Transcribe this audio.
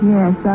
Yes